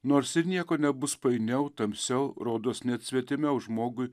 nors ir nieko nebus painiau tamsiau rodos net svetimiau žmogui